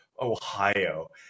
Ohio